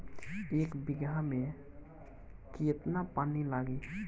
एक बिगहा में केतना पानी लागी?